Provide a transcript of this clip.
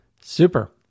Super